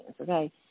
okay